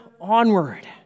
onward